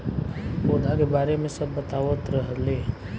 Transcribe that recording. इ पौधा के बारे मे सब बतावत रहले